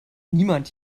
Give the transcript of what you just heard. niemand